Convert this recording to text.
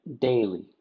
daily